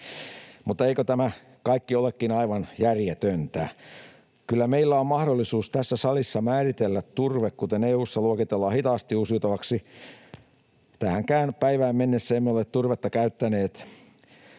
Mutta eikö tämä kaikki olekin aivan järjetöntä? Kyllä meillä on mahdollisuus tässä salissa määritellä turve, kuten EU:ssa luokitellaan, hitaasti uusiutuvaksi. Tähänkään päivään mennessä emme ole turvetta käyttäneet,